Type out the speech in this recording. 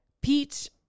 Pete